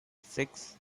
six